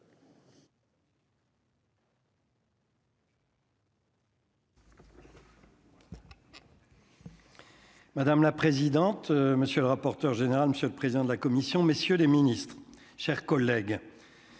Madame la présidente, monsieur le rapporteur général, monsieur le président de la Commission, messieurs les Ministres, chers collègues.